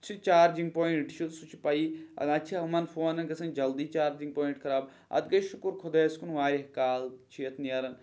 چھِ charging point چھُ سُہ چھُ پَیی نَتہٕ چھِ ہُمَن فونَن گژھان جلدی چارجِنٛگ پویِنٛٹ خراب اَتھ گٔیٚے شُکُر خۄدایَس کُن واریاہ کال چھُ یَتھ نیران